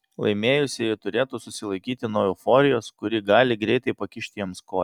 laimėjusieji turėtų susilaikyti nuo euforijos kuri gali greitai pakišti jiems koją